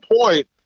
point